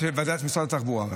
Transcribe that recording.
ועדת התחבורה.